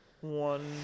one